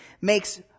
makes